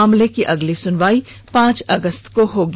मामले में अगली सुनवाई पांच अगस्त को होगी